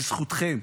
בזכותכם,